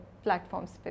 platforms